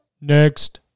next